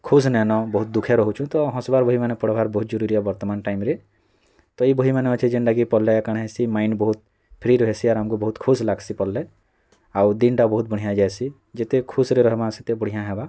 ଖୁସ ନାଇଁନ ବହୁତ୍ ଦୁଃଖେ ରହୁଚୁ ତ ହସ୍ବାର୍ ବହିମାନେ ପଢ଼୍ବାର ବହୁତ୍ ଜରୁରୀ ଏ ବର୍ତ୍ତମାନ ଟାଇମ୍ରେ ତ ଏଇ ବହିମାନେ ଅଛି ଯେନ୍ଟାକି ପଢ଼୍ଲେ କାଣା ହେସି ମାଇଣ୍ଡ ବହୁତ ଫ୍ରି ରହେସି ଆର୍ ଆମ୍କୁ ବହୁତ୍ ଖୁସ୍ ଲାଗ୍ସି ପଢ଼୍ଲେ ଆଉ ଦିନଟା ବହୁତ ବଢ଼ିଆ ଯାଏସି ଯେତେ ଖୁସଁରେ ରହେମା ସେତେ ବଢ଼ିଆ ହେବା